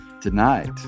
Tonight